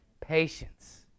patience